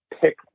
pick